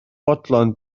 fodlon